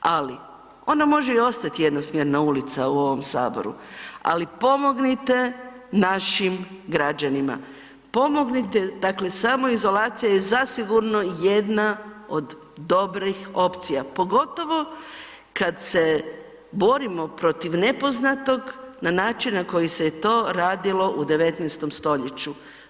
Ali, ona može i ostat jednosmjerna ulica u ovom saboru, ali pomognite našim građanima, pomognite, dakle samoizolacija je zasigurno jedna od dobrih opcija, pogotovo kad se borimo protiv nepoznatog na način na koji se je to radilo u 19. stoljeću.